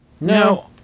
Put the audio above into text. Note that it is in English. No